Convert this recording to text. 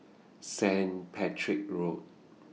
Staint Patrick's Road